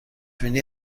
بینی